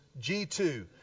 G2